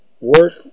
Work